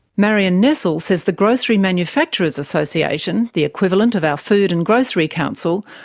marion nestle says the grocery manufacturers association, the equivalent of our food and grocery council,